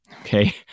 Okay